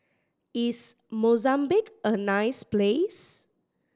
is Mozambique a nice place